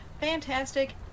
fantastic